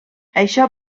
això